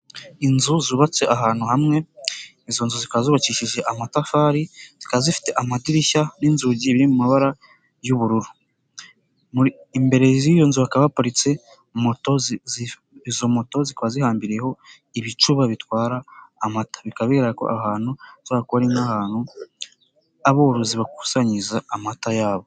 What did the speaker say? Inzu zubatse ahantu hamwe, izo nzu zikaba zubakishije amatafari, zikaba zifite amadirishya n'inzugi biri mu mabara y'ubururu, muri imbere z'iyo nzu hakaba haparitse moto, izo moto zikaba zihambiriyeho ibicuba bitwara amata, bikaba bigaragara aho hantu hashobora kuba ari nk'ahantu aborozi bakusanyiriza amata yabo.